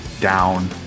down